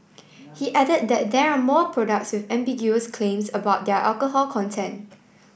he added that there are more products with ambiguous claims about their alcohol content